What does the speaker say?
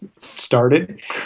started